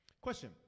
Question